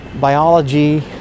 biology